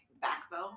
backbone